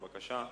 בבקשה.